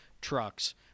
trucks